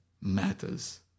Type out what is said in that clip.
matters